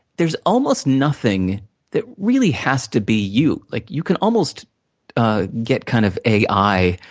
there's almost nothing that really has to be you. like you can almost ah get kind of ai,